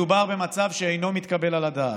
מדובר במצב שאינו מתקבל על הדעת.